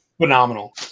Phenomenal